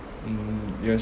mm yes